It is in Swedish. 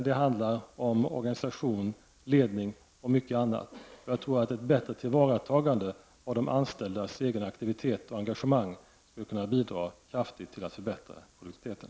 Det handlar om organisation, ledning och mycket annat. Jag tror att ett bättre tillvaratagande av de anställdas aktivitet och engagemang skulle kunna bidra kraftigt till att förbättra produktiviteten.